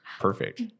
Perfect